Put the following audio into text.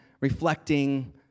Reflecting